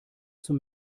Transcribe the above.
zum